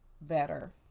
better